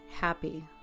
happy